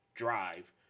Drive